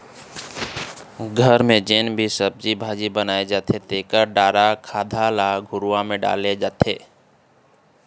घर म जेन भी सब्जी भाजी बनाए जाथे तेखर डारा खांधा ल घुरूवा म डालथे